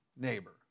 neighbor